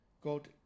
God